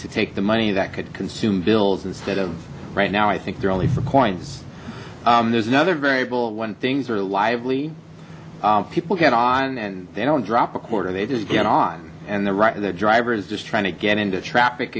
to take the money that could consume bills instead of right now i think they're only four coins there's another variable when things are lively people get on and they don't drop a quarter they just get on and the right that driver is just trying to get into traffic